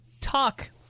talk